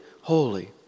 holy